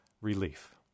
relief